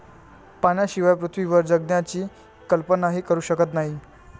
पाण्याशिवाय पृथ्वीवर जगण्याची कल्पनाही करू शकत नाही